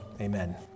amen